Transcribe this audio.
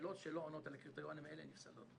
ששאלות שלא עונות על הקריטריונים האלה נפסלות.